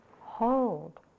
hold